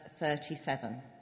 37